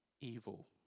evil